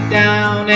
down